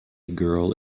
girl